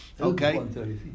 Okay